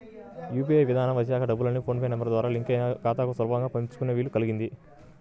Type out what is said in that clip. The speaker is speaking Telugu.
యూ.పీ.ఐ విధానం వచ్చాక డబ్బుల్ని ఫోన్ నెంబర్ ద్వారా లింక్ అయిన ఖాతాలకు సులభంగా పంపించుకునే వీలు కల్గింది